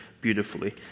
beautifully